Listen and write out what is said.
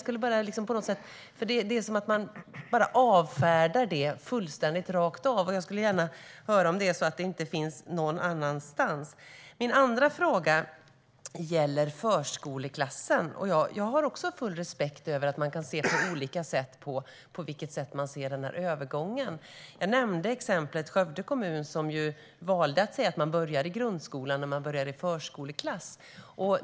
Det är som att ni bara avfärdar det rakt av. Så till förskoleklassen. Jag har full respekt för att man kan se olika på övergången. Jag nämnde Skövde kommun som har valt att säga att man börjar i grundskolan när man börjar i förskoleklass.